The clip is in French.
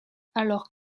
alors